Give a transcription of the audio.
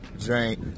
Drink